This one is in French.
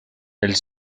elle